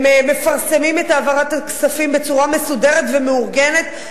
הם מפרסמים את העברת הכספים בצורה מסודרת ומאורגנת.